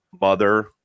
Mother